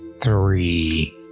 Three